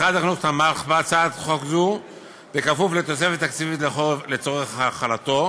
משרד החינוך תמך בהצעת חוק זו בכפוף לתוספת תקציב לצורך החלתו.